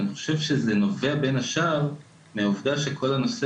אני חושב שזה נובע בין השאר מהעובדה שכל הנושא